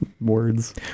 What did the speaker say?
words